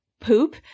poop